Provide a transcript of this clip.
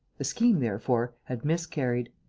the scheme, therefore, had miscarried.